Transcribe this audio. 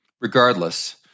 Regardless